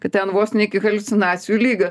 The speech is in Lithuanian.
kad ten vos ne iki haliucinacijų lygio